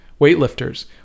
weightlifters